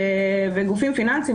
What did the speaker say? וגופים פיננסיים,